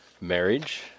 marriage